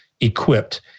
equipped